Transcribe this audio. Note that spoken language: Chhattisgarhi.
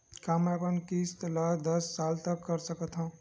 का मैं अपन किस्त ला दस साल तक कर सकत हव?